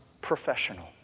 professional